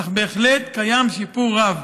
אך בהחלט קיים שיפור רב.